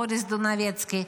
בוריס דונבצקי.